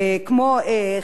שהיא חברה חזקה,